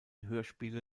hörspiele